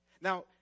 Now